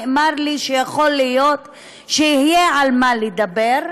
נאמר לי שיכול להיות שיהיה על מה לדבר,